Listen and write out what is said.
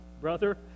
brother